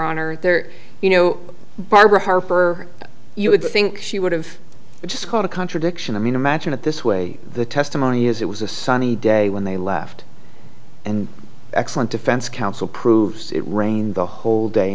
honor there you know barbara harper you would think she would have just caught a contradiction i mean imagine it this way the testimony is it was a sunny day when they left and excellent defense counsel proves it rained the whole day